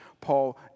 Paul